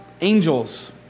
angels